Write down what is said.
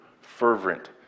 fervent